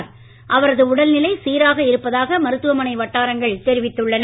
அங்கு அவரது உடல் நிலை சீராக இருப்பதாக மருத்துவமனை வட்டாரங்கள் தெரிவித்துள்ளன